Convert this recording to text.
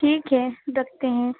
ٹھیک ہے رکھتے ہیں